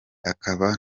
akaba